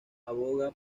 aboga